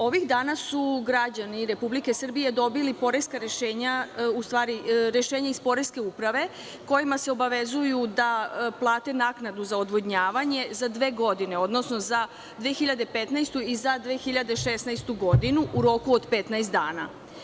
Ovih dana su građani Republike Srbije dobili poreska rešenja, odnosno rešenja iz poreske uprave kojima se obavezuju da plate naknadu za odvodnjavanje za dve godine, odnosno za 2015. i 2016. godinu u roku od 15 dana.